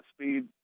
speed